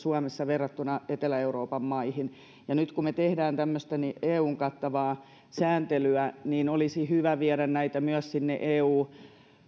verrattuna etelä euroopan maihin ja nyt kun me teemme tämmöistä eun kattavaa sääntelyä niin olisi hyvä viedä näitä myös sinne eu